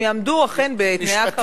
אם יעמדו אכן בתנאי ההכרה.